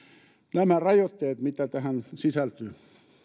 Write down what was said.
nämä rajoitteet mitä tähän sisältyy